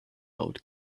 old